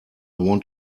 want